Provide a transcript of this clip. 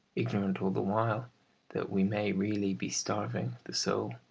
ignorant all the while that we may really be starving the soul.